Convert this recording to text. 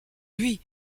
lui